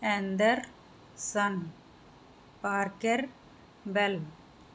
ਐਂਦਰ ਸੰਨ ਪਾਰਕਿਰ ਬੈਲ